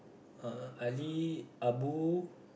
uh Ali Abu